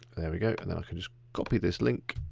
there we go and then i can just copy this link,